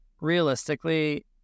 realistically